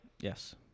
yes